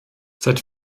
seit